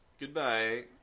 Goodbye